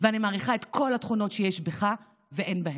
ואני מעריכה את כל התכונות שיש בך ואין בהם,